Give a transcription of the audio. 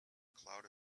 cloud